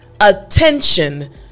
attention